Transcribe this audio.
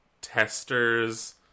testers